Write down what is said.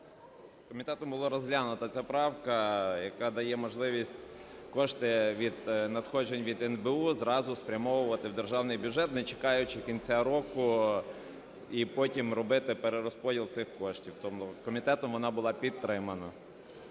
Комітетом була розглянута ця правка, яка дає можливість кошти від надходжень від НБУ зразу спрямовувати в державний бюджет не чекаючи кінця року і потім робити перерозподіл цих коштів. Комітетом вона була підтримана.